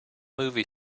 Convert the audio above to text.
movie